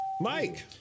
Mike